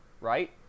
right